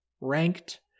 ranked